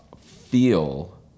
feel